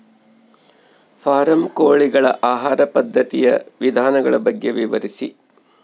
Form ಕೋಳಿಗಳ ಆಹಾರ ಪದ್ಧತಿಯ ವಿಧಾನಗಳ ಬಗ್ಗೆ ವಿವರಿಸಿ?